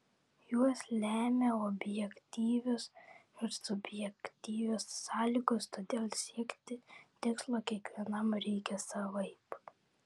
juos lemia objektyvios ir subjektyvios sąlygos todėl siekti tikslo kiekvienam reikia savaip